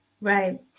right